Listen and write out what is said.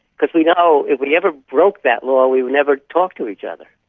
because we know if we ever broke that law we would never talk to each other.